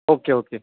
okay okay